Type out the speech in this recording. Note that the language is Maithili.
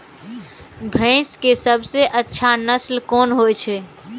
भैंस के सबसे अच्छा नस्ल कोन होय छे?